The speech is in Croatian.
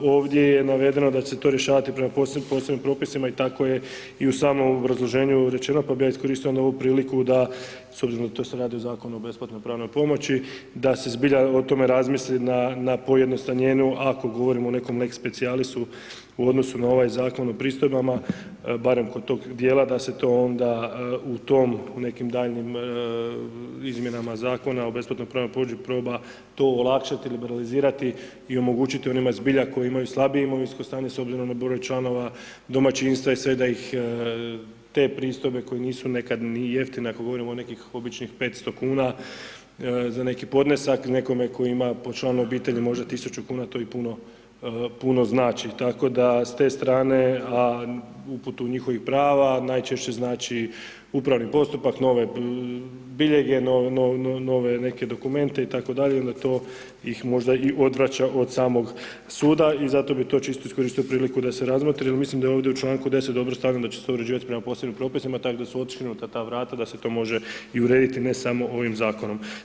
Ovdje je navedeno da će se to rješavati prema Posebnim propisima i tako je i u samom obrazloženju rečeno, pa bih ja iskoristio onda ovu priliku da, s obzirom da se tu radi o Zakonu o besplatnoj pravnoj pomoći, da se zbilja o tome razmisli na pojednostavljenju ako govorimo o nekom lex specialisu u odnosu na ovaj Zakon o pristojbama, barem kod toga dijela da se to onda u tom, nekim daljnjim izmjenama Zakona o besplatnoj pravnoj pomoći, proba to olakšati, liberalizirati i omogućiti onima zbilja koji imaju slabije imovinsko stanje s obzirom na broj članova domaćinstva i sve da ih te pristojbe koje nisu nekada ni jeftine ako govorimo o nekih običnih 500,00 kn za neki podnesak, nekome tko ima po članu obitelji možda 1.000,00 kn, to im puno znači, tako da s te strane, a uputu njihovih prava, najčešće znači upravni postupak, nove biljege, nove neke dokumente itd. i onda to ih možda i odvraća od samoga suda i zato bi tu čisto iskoristio priliku da se razmotri jer mislim da je ovdje u čl. 10. dobro stavljeno da će se uređivati prema Posebnim propisima, tako da su odškrinuta ta vrata, da se to može i urediti, ne samo ovim Zakonom.